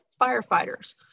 firefighters